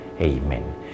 Amen